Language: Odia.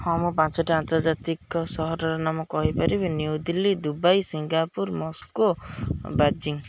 ହଁ ମୁଁ ପାଞ୍ଚଟି ଆନ୍ତର୍ଜାତିକ ସହରର ନାମ କହିପାରିବି New Delhi Dubai Singapore Moscow Beijing